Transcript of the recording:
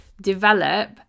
develop